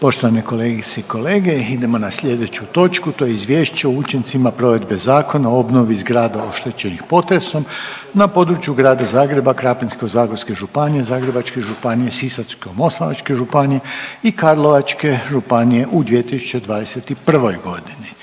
Poštovane kolegice i kolege, idemo na sljedeću točku, to je: - Izvješće o učincima provedbe Zakona o obnovi zgrada oštećenim potresom na području Grada Zagreba, Krapinsko-zagorske županije, Zagrebačke županije, Sisačko-moslavačke županije i Karlovačke županije u 2021.g.